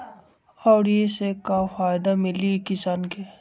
और ये से का फायदा मिली किसान के?